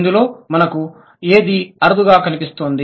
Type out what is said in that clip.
ఇందులో మనకు ఏది అరుదుగా కనిపిస్తుంది